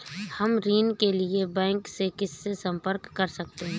हम ऋण के लिए बैंक में किससे संपर्क कर सकते हैं?